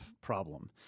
problem